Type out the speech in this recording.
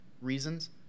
reasons